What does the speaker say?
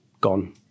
gone